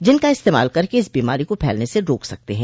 जिसका इस्तेमाल करके इस बोमारी को फैलने से रोक सकते है